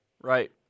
Right